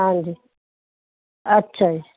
ਹਾਂਜੀ ਅੱਛਾ ਜੀ